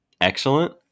excellent